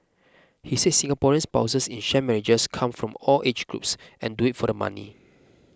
he said Singaporean spouses in sham marriages come from all age groups and do it for the money